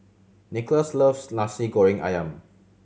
Nickolas loves Nasi Goreng Ayam